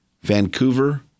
Vancouver